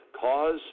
cause